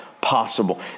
possible